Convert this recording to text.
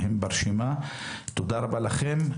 תודה רבה לכם.